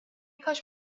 کاش